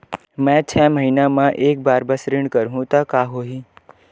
मैं छै महीना म एक बार बस ऋण करहु त का होही?